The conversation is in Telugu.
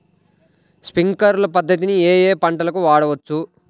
స్ప్రింక్లర్ పద్ధతిని ఏ ఏ పంటలకు వాడవచ్చు?